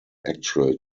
actual